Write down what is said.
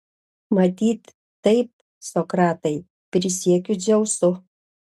matyt taip sokratai prisiekiu dzeusu